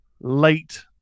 late